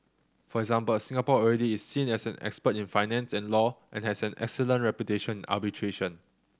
for example Singapore already is seen as an expert in finance and law and has an excellent reputation arbitration